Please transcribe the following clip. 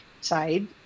side